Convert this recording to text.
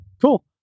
Cool